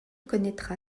connaîtra